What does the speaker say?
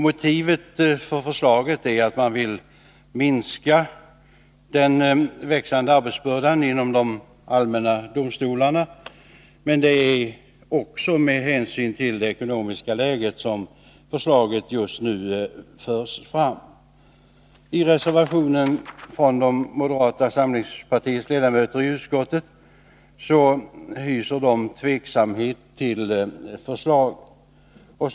Motivet för förslaget är att man vill minska den växande arbetsbördan inom de allmänna domstolarna. Men det är också med hänsyn till det ekonomiska läget som förslaget förs fram just nu. I reservationen från moderata samlingspartiets ledamöter i utskottet framför dessa tveksamhet till förslaget.